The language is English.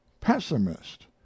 pessimist